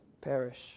perish